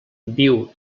viu